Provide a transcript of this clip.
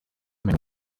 menú